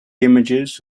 images